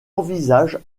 envisage